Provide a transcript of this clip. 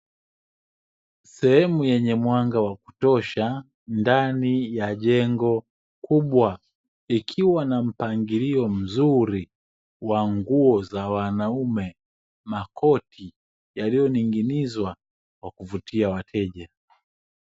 Sehemu yenye mwanga wa kutosha ndani ya jengo kubwa, likiwa na mpangilio mzuri za nguo za wanaume, makoti yaliyoning'inizwa kwa kuvutia wateja.